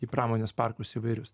į pramonės parkus įvairius